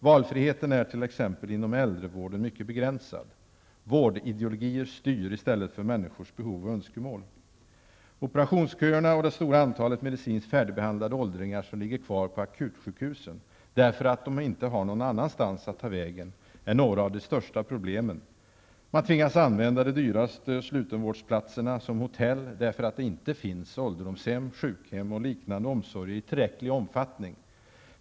Valfriheten är t.ex. inom äldrevården mycket begränsad. Vårdideologier styr i stället för människors behov och önskemål. Operationsköerna och det stora antalet medicinskt färdigbehandlade åldringar som ligger kvar på akutsjukhus därför att de inte har någon annanstans att ta vägen är några av de största problemen. Man tvingas använda de dyraste slutenvårdsplatserna som hotell, därför att det inte finns ålderdomshem, sjukhem och liknande omsorger i tillräcklig omfattning.